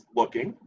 looking